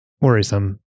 worrisome